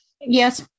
Yes